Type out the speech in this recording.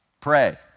Pray